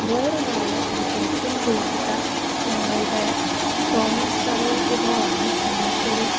വേറൊരാൾ എനിക്ക് ഏറ്റവും പ്രിയപ്പെട്ട ഞങ്ങളുടെ തോമസ് തറയിൽ പിതാവാണ് ചങ്ങനാശ്ശേരി